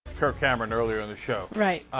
for cavern earlier in the show right